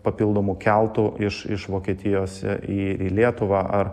papildomų keltų iš iš vokietijos į į lietuvą ar